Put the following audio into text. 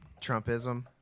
Trumpism